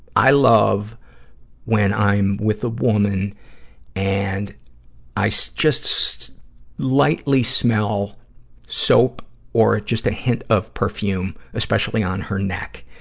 i love when i'm with a woman and i so just lightly smell soap or just a hint of perfume, especially on her neck.